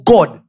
God